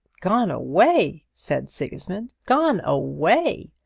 gone away! said sigismund gone away!